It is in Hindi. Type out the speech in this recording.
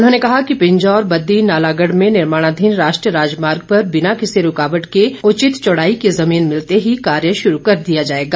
उन्होंने कहा कि पिंजौर बददी नालागढ़ में निर्माणाधीन राष्ट्रीय राजमार्ग पर बिना किसी रूकावट के उचित चौड़ाई की जमीन मिलते ही कार्य शुरू किया जाएगा